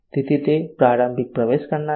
તેથી તે પ્રારંભિક પ્રવેશ કરનાર છે